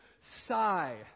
sigh